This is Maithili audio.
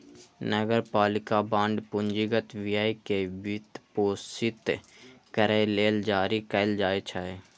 नगरपालिका बांड पूंजीगत व्यय कें वित्तपोषित करै लेल जारी कैल जाइ छै